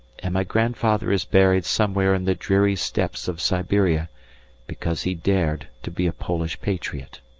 and my grandfather is buried somewhere in the dreary steppes of siberia because he dared to be a polish patriot.